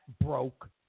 broke